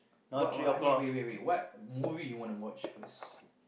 what what I mean wait wait wait what movie you want to watch first